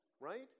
Right